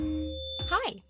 Hi